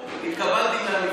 פתרנו.